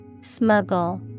Smuggle